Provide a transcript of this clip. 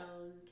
own